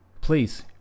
please